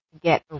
get